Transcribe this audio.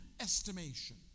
Estimation